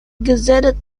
gazetted